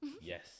Yes